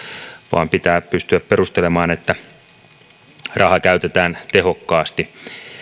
vaan pitää pystyä perustelemaan että raha käytetään tehokkaasti